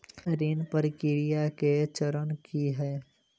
ऋण प्रक्रिया केँ चरण की है?